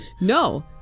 No